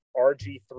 RG3